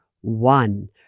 one